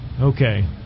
Okay